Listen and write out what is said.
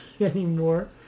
anymore